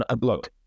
Look